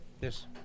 Yes